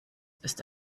ist